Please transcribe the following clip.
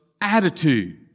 attitude